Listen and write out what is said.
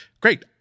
great